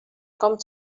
com